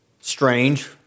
strange